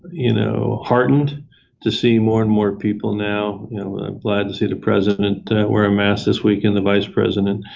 you know, heartened to see more and more people now and i'm glad to see the president wearing a mask this week and the vice president.